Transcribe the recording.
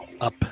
up